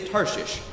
Tarshish